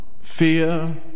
fear